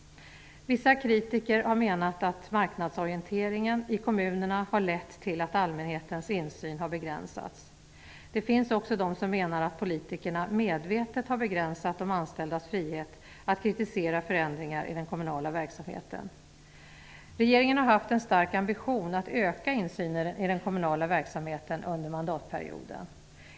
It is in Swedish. Vissa kritiker har menat att marknadsorienteringen i kommunerna har lett till att allmänhetens insyn har begränsats. Det finns också de som menar att politikerna medvetet har begränsat de anställdas frihet att kritisera förändringar i den kommunala verksamheten. Regeringen har haft en stark ambition att öka insynen i den kommunala verksamheten under mandatperioden.